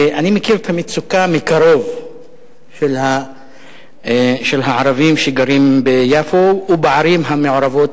אני מכיר מקרוב את המצוקה של הערבים שגרים ביפו ובערים המעורבות,